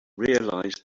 realise